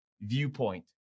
viewpoint